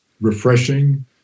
refreshing